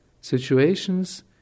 situations